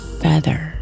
feather